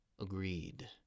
agreed